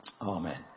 Amen